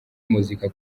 muzika